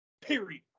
Period